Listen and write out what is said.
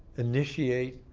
initiate,